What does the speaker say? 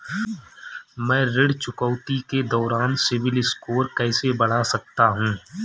मैं ऋण चुकौती के दौरान सिबिल स्कोर कैसे बढ़ा सकता हूं?